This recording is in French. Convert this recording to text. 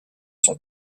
sont